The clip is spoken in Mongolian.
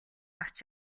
авч